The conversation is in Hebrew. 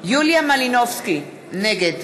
יוליה מלינובסקי, נגד